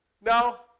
Now